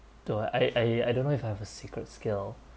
don't I I I don't know if I have a secret skill